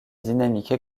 dynamique